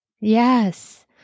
Yes